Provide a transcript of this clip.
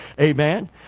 Amen